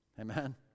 Amen